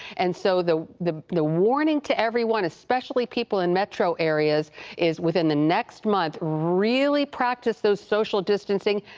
and so the the the warning to everyone especially people in metro areas is within the next month really practice those social distancing.